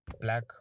Black